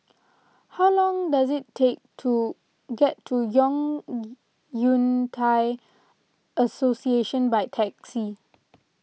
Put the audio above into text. how long does it take to get to Yun Thai Association by taxi